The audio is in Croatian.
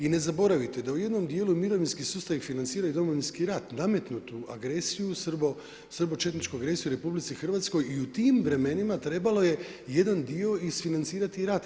I ne zaboravite, da u jednom dijelu mirovinski sustavi financiraju Domovinski rat, nametnutu agresiju srbočetničku agresiju u Republici Hrvatskoj i u tim vremenima trebalo je jedan dio isfinancirati i rat.